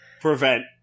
prevent